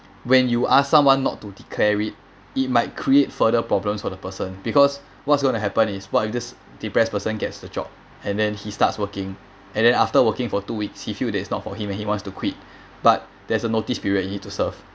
when you ask someone not to declare it it might create further problems for the person because what's gonna happen is what if this depressed person gets the job and then he starts working and then after working for two weeks he feel that it's not for him and he wants to quit but there's a notice period he need to serve